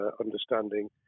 understanding